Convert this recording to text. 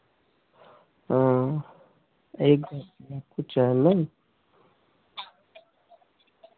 एक आपको चैन ना